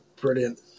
brilliant